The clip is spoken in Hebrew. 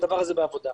הדבר הזה בעבודה.